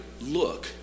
look